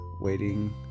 waiting